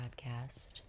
podcast